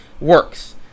works